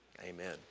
Amen